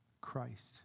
Christ